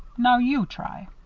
now, you try.